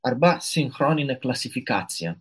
arba sinchroninę klasifikaciją